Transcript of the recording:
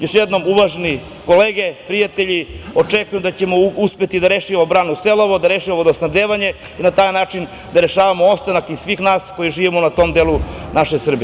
Još jednom, uvažene kolege, prijatelji, očekujem da ćemo uspeti da rešimo branu „Selova“, da rešimo vodosnabdevanje i da na taj način rešimo ostanak svih nas koji živimo u tom delu naše Srbije.